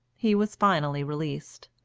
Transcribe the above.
he was finally released.